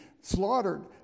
slaughtered